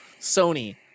sony